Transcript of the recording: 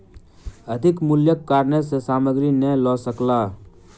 अधिक मूल्यक कारणेँ ओ सामग्री नै लअ सकला